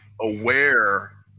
aware